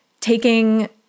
taking